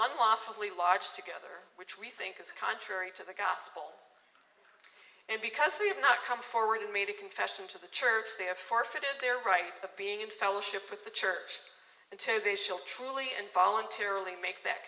all awfully large together which we think is contrary to the gospel and because we have not come forward and made a confession to the church they have forfeited their right of being in fellowship with the church until they shall truly and voluntarily make th